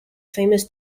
famous